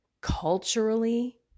culturally